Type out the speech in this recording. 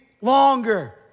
longer